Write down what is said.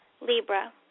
Libra